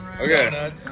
Okay